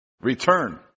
return